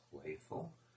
playful